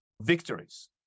victories